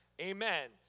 Amen